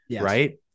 Right